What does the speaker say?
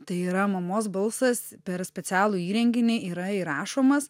tai yra mamos balsas per specialų įrenginį yra įrašomas